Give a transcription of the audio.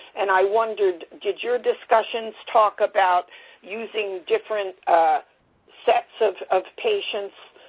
and i wondered, did your discussions talk about using different sets of of patients,